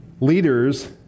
leaders